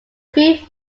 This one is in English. phi